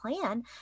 plan